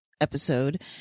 episode